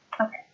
Okay